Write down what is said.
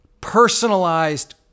personalized